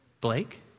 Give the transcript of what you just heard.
Blake